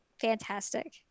Fantastic